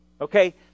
Okay